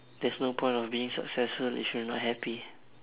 there's no point of being successful if you're not happy